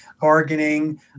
bargaining